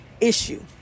issue